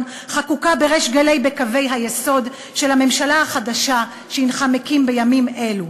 חקוקה בריש גלי בקווי היסוד של הממשלה החדשה שהנך מקים בימים אלו,